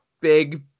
big